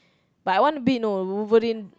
but I want to be no Wolverine